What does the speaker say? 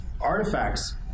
artifacts